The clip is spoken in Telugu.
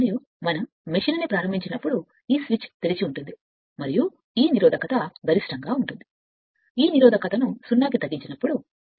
మరియు మనం ప్రారంభించినప్పుడు మెష్ ఉన్నప్పుడు ఈ స్విచ్ తెరిచి ఉంటుంది మరియు ఈ నిరోధకత గరిష్టంగా ఉంటే ఈ స్విచ్ తెరిచి ఉంటుంది